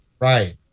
Right